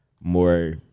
more